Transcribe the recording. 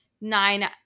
nine